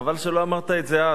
חבל שלא אמרת את זה אז.